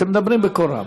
אתם מדברים בקול רם.